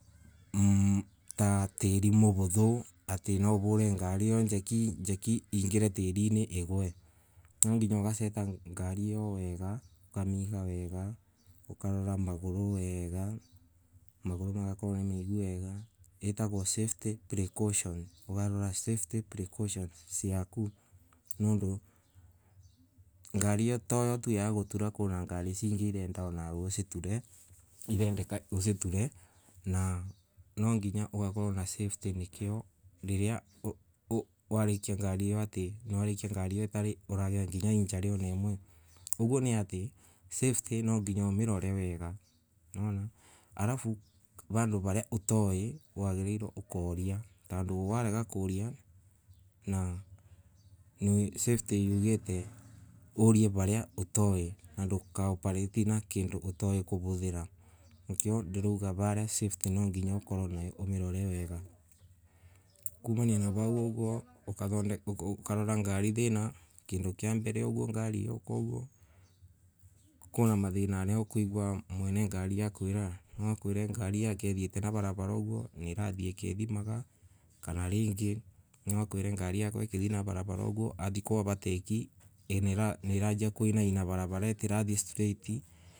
Tatiri mohotho, ati nwahore ngari io jeki ingire tirina igwe nwanginya ogaseta ngari io wega ukamiga wega ukamiga wega. ukarora magoro wega magoro magakorwo nimeigu wega etagwo safety precaution orarora safety precaution siaku, nondo ngari toyo tu ya gotura kwina ngari sianga irenda onawe asiture irendeka ositere, na ninginya ogakorwo na safety nikioriria warija ngari io otari wagia onarinjuri imwe oguo ni ati safety no nginya omirore wega alafu vando varia otoi wega wagirirwe okoria tando warega koria na safety yugate uria varia na ndokaoperati na kindo otoi kovothora nikio ndirauga varia safety nwanginya ukurwe nayo, umirore wega, kumania na vau uguo ukarora ngari thin kindo kiambere oguo ngari yoka oguo okana mathina aria okoigua mwene ngari akwira, nwa akwire ngari yake ithiete na varavara oguo niirathie ikithimaga kana rangay nwaakwire ngari yakwa ikithie na varavara ogue athie kuovertaki aniiragia kuinaina varavara itirathia straighti.